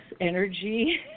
energy